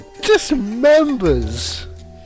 Dismembers